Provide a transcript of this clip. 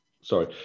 sorry